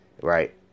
right